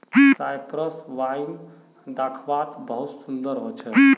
Cyprus wine दाख्वात बहुत सुन्दर होचे